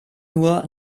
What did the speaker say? nur